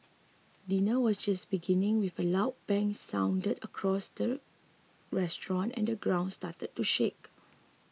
dinner was just beginning when a loud bang sounded across the restaurant and the ground started to shake